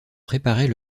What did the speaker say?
préparait